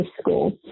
School